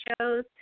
shows